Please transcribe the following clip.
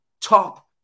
top